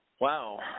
Wow